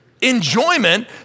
enjoyment